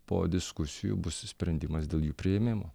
po diskusijų bus sprendimas dėl jų priėmimo